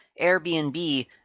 Airbnb